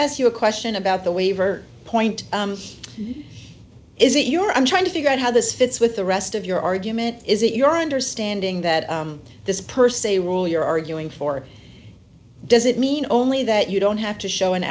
ask you a question about the waiver point is that your i'm trying to figure out how this fits with the rest of your argument is it your understanding that this per se rule you're arguing for doesn't mean only that you don't have to show an